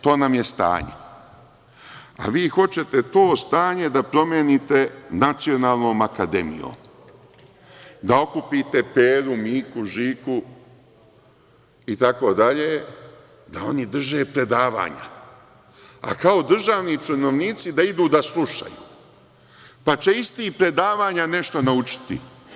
To nam je stanje, a vi hoćete to stanje da promenite Nacionalnom akademijom, da okupite Peru, Miku, Žiku itd, da oni drže predavanja, a kao državni činovnici da idu da slušaju, pa će iz tih predavanja nešto naučiti.